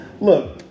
Look